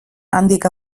handik